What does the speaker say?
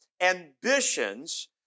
ambitions